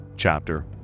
chapter